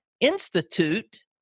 Institute